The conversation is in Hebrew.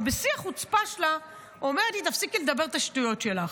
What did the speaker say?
ובשיא החוצפה שלה אומרת לי: תפסיקי לדבר את השטויות שלך.